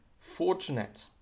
fortunate